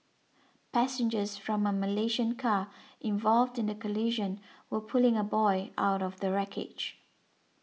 passengers from a Malaysian car involved in the collision were pulling a boy out of the wreckage